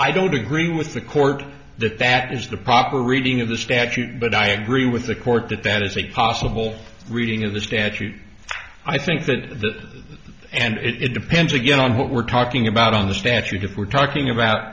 i don't agree with the court that that is the proper reading of the statute but i agree with the court that that is a possible reading of the statute i think that the and it depends again on what we're talking about on the statute if we're talking about